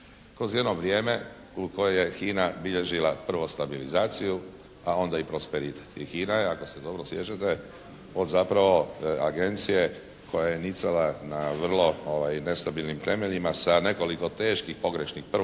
kroz jedno vrijeme u kojem je HINA bilježila prvo stabilizaciju pa onda i prosperitet. I HINA je ako se dobro sjećate od zapravo agencije koja je nicala na vrlo nestabilnim temeljima sa nekoliko teških, pogrešnih prvotnih